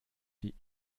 die